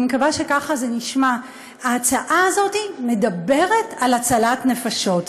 ואני מקווה שככה זה נשמע: ההצעה הזאת מדברת על הצלת נפשות,